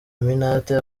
eminante